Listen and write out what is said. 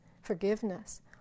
Forgiveness